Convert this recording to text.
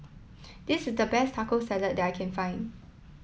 this is the best Taco Salad that I can find